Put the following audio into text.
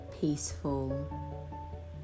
Peaceful